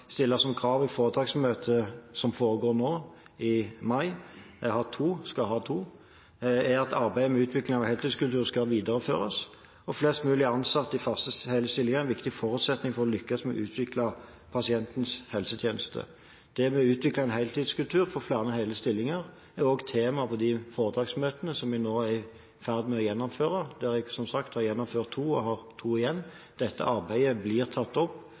foregår nå i mai – jeg har hatt to, skal ha to til – er at arbeidet med utvikling av heltidskultur skal videreføres. Flest mulig ansatte i faste, hele stillinger er en viktig forutsetning for å lykkes med å utvikle pasientens helsetjeneste. Det med å utvikle en heltidskultur for flere hele stillinger, er også tema for de foretaksmøtene vi nå er i ferd med å gjennomføre, der jeg som sagt har gjennomført to, og har to igjen. Dette arbeidet blir tatt opp